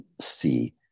see